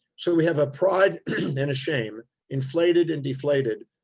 so we have a pride and a shame, inflated and deflated.